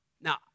Now